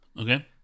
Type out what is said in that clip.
Okay